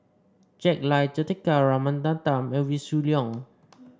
Jack Lai Juthika Ramanathan and Wee Shoo Leong